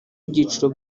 ibyiciro